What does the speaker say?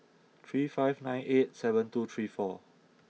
three five nine eight seven two three four